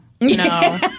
no